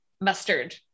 mustard